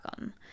on